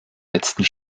letzten